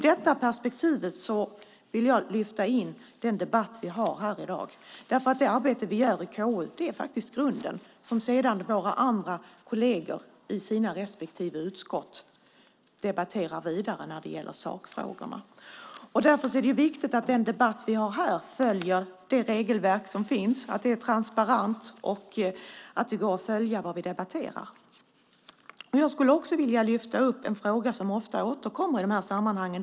Jag vill lyfta in den debatt vi har här i dag i det perspektivet. Det arbete vi gör i KU är faktiskt grunden för våra andra kolleger när de sedan debatterar vidare i sina respektive utskott när det gäller sakfrågorna. Därför är det viktigt att den debatt vi har här följer det regelverk som finns och är transparent så att det går att följa vad vi debatterar. Jag skulle också vilja lyfta upp en fråga som ofta återkommer i de här sammanhangen.